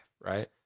right